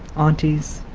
aunties,